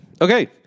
Okay